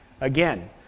Again